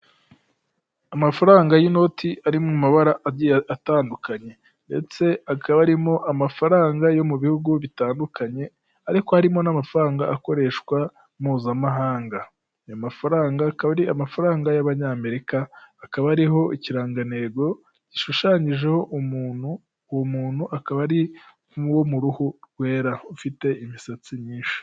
Amafaranga y'inoti ari mu mabara agiye atandukanye ndetse akaba arimo amafaranga yo mu bihugu bitandukanye ariko harimo n'amafaranga akoreshwa mpuzamahanga, ayo mafaranga akaba ari amafaranga y'amanyamerika akaba ariho ikirangantego gishushanyijeho umuntu uwo muntu akaba ari uwo mu ruhu rwera ufite imisatsi myinshi.